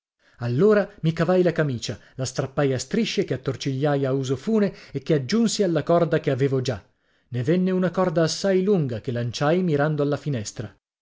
allora mi cavai la camicia la strappai a strisce che attorcigliai a uso fune e che aggiunsi alla corda che avevo già ne venne una corda assai lunga che lanciai mirando alla finestra